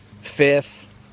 Fifth